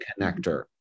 connector